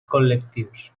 col·lectius